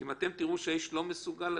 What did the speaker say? אם אתם תראו שהאיש לא מסוגל,